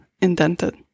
indented